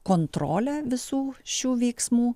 kontrolę visų šių veiksmų